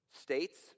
states